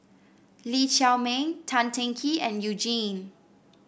Lee Chiaw Meng Tan Teng Kee and You Jin